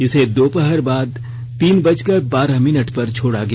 इसे दोपहर बाद तीन बजकर बारह मिनट पर छोड़ा गया